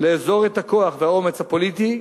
לאזור את הכוח והאומץ הפוליטי,